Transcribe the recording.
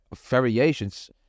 variations